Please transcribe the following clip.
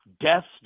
deaths